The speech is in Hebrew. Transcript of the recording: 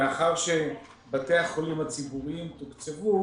מאחר שבתי החולים הציבוריים תוקצבו,